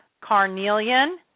Carnelian